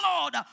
Lord